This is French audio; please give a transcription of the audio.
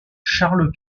charles